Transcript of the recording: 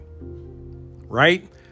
right